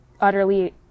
utterly